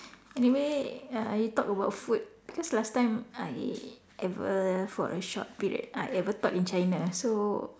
anyway uh you talk about food because last time I ever for a short period I ever taught in China so